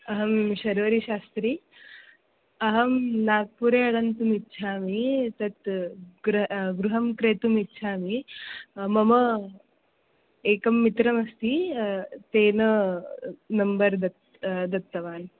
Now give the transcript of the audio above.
अहं शर्वरीशास्त्री अहं नागपुरे आगन्तुमिच्छामि तत् गृहं गृहं क्रेतुम् इच्छामि मम एकं मित्रमस्ति तेन नम्बर् दत्तं दत्तवान्